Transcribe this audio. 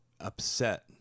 upset